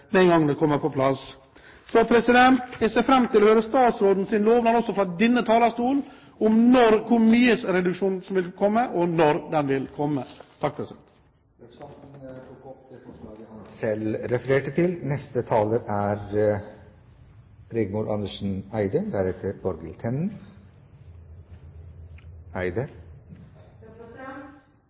med en gang det kommer på plass. Jeg ser fram til å høre statsrådens løfte, også fra denne talerstolen, om hvor mye reduksjon som vil komme, og når den vil komme. Representanten Harald T. Nesvik har tatt opp det forslaget han refererte til.